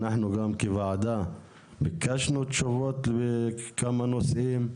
אנחנו גם כוועדה ביקשנו תשובות לכמה נושאים,